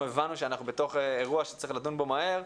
הבנו שאנחנו בתוך אירוע שצריך לדון בו מהר,